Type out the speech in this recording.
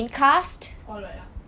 all white ah